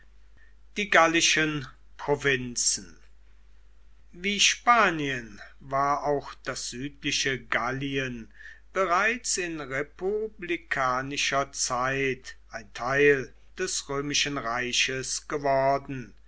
die gallischen provinzen wie spanien war auch das südliche gallien bereits in republikanischer zeit ein teil des römischen reiches geworden